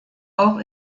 auch